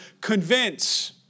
Convince